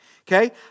Okay